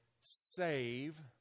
save